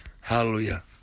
Hallelujah